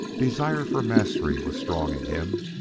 desire for mastery was strong in him,